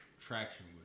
traction